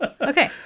Okay